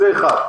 זה דבר אחד.